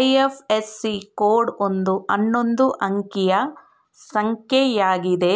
IFSC code ಒಂದು ಹನ್ನೊಂದು ಅಂಕಿಯ ಸಂಖ್ಯೆಯಾಗಿದ್ದು